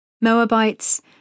Moabites